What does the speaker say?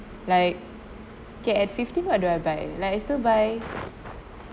like get at fifteen what do I buy like I still buy